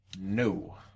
No